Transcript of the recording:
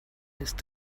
ist